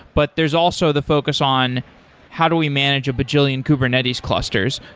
but there's also the focus on how do we manage a bajillion kubernetes clusters.